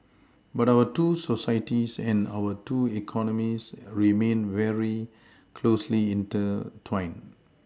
but our two societies and our two economies remained very closely intertwined